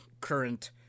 current